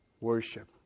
worship